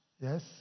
Yes